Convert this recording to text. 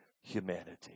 humanity